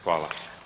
Hvala.